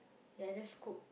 ya just cook